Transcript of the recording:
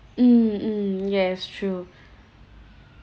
mm mm yes true